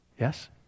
Yes